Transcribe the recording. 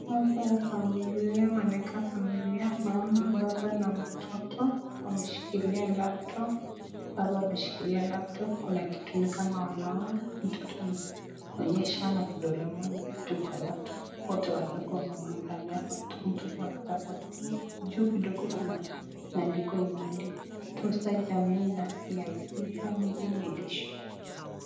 Hapa ni familia. Wanakaa familia, mama, baba na mtoto. Wameshikilia laptop . Baba ameshikilia laptop , kuna kitu ni kama wanaona. Mtoto ameonyesha na kidole moja kitu kwa laptop . Wote wa sasa wamemuangalia mtoto akitabasamu. Juu kidogo kuna maandiko imeandikwa Tunza jamii na CIC Family Medi insurance.